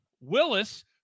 Willis